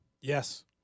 Yes